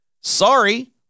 Sorry